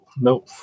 no